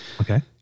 Okay